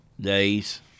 days